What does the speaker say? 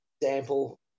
example